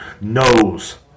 Knows